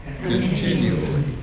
continually